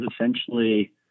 essentially